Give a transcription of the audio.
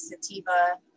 sativa